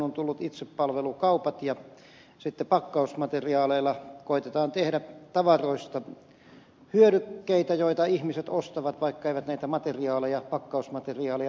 on tullut itsepalvelukaupat ja sitten pakkausmateriaaleilla koetetaan tehdä tavaroista hyödykkeitä joita ihmiset ostavat vaikka eivät näitä pakkausmateriaaleja tarvitsekaan